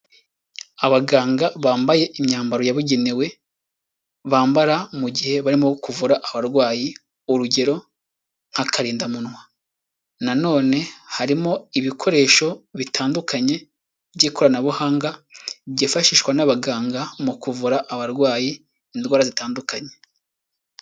Abaganga bambaye imyambaro yabugenewe bambara mu gihe barimo kuvura abarwayi, urugero nk'akarindamunwa nanone harimo ibikoresho bitandukanye by'ikoranabuhanga, byifashishwa n'abaganga mu kuvura abarwayi indwara zitandukanye.